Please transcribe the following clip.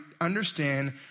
understand